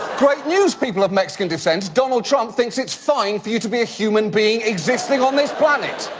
great news people of mexican descent, donald trump thinks it's fine for you to be a human being existing on this planet.